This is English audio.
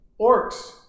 Orcs